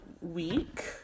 week